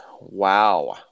Wow